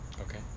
Okay